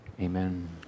Amen